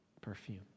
perfume